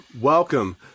welcome